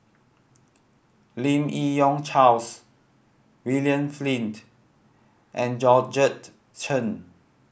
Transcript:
Lim Yi Yong Charles William Flint and Georgette Chen